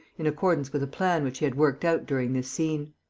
in accordance with a plan which he had worked out during this scene.